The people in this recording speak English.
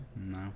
no